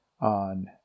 on